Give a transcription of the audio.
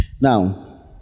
Now